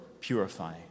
purify